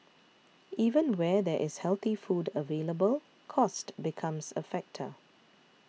even where there is healthy food available cost becomes a factor